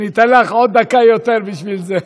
אתן לך דקה יותר בשביל זה.